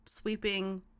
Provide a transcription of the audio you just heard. sweeping